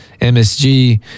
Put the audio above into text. MSG